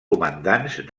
comandants